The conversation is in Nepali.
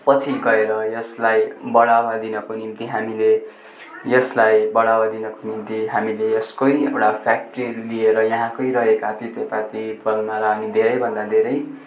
पछि गएर यसलाई बढावा दिनको निम्ति हामीले यसलाई बढावा दिनको निम्ति हामीले यसकै एउटा फ्याक्ट्रीहरू लिएर यहाँकै रहेका तितेपाती बनमारा अनि धेरैभन्दा धेरै